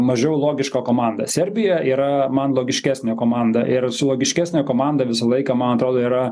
mažiau logiško komanda serbija yra man logiškesnė komanda ir su logiškesne komanda visą laiką man atrodo yra